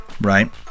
right